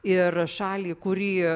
ir šalį kurį